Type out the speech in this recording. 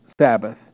Sabbath